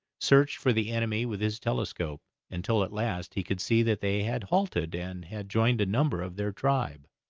searched for the enemy with his telescope, until at last he could see that they had halted, and had joined a number of their tribe.